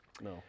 no